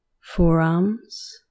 forearms